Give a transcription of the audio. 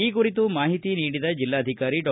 ಈ ಕುರಿತು ಮಾಹಿತಿ ನೀಡಿದ ಜಿಲ್ಲಾಧಿಕಾರಿ ಡಾ